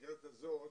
ובמסגרת הזאת